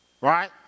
Right